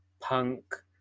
punk